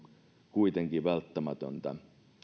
kuitenkin välttämätöntä